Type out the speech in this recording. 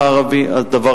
סעיפים 46(7), 48 ו-49(ד),